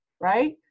right